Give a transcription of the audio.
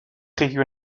reggio